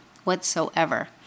Whatsoever